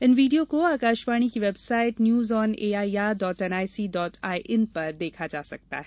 इन video को आकाशवाणी की website news on A I R dot N I C dot in पर देखा जा सकता है